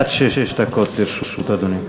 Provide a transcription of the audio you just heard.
עד שש דקות לרשות אדוני.